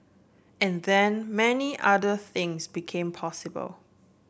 and then many other things become possible